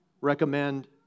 recommend